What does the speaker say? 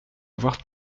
avoir